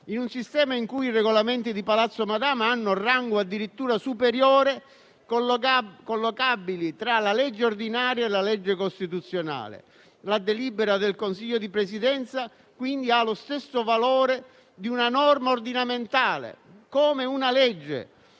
in un sistema in cui i Regolamenti di Palazzo Madama hanno rango addirittura superiore, collocabile tra la legge ordinaria e la legge costituzionale. La delibera del Consiglio di Presidenza, quindi, ha lo stesso valore di una norma ordinamentale, come una legge,